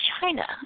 China